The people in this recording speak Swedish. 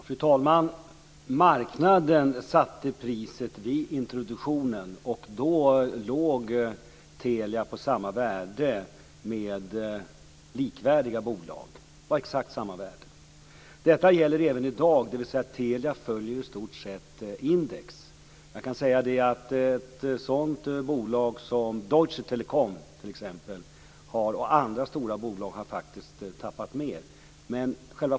Fru talman! Marknaden satte priset vid introduktionen, och då låg Telia på exakt samma värde som likvärdiga bolag. Detta gäller även i dag, dvs. Telia följer i stort sett index. Ett bolag som t.ex. Deutsche Telecom men även andra stora bolag har faktiskt tappat mer.